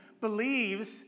believes